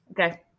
Okay